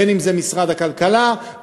אם משרד הכלכלה,